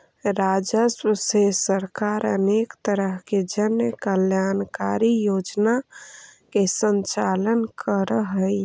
राजस्व से सरकार अनेक तरह के जन कल्याणकारी योजना के संचालन करऽ हई